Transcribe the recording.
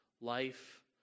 Life